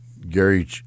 Gary